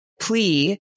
plea